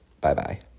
Bye-bye